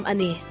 Ani